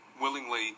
willingly